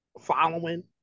following